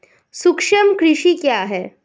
सूक्ष्म कृषि क्या है?